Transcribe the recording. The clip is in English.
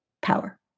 power